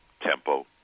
tempo